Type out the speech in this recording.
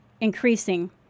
increasing